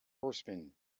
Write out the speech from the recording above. horseman